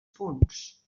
punts